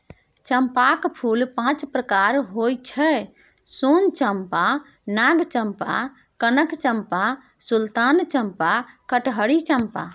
चंपाक फूल पांच प्रकारक होइ छै सोन चंपा, नाग चंपा, कनक चंपा, सुल्तान चंपा, कटहरी चंपा